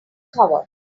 cover